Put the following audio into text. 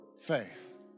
faith